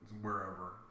wherever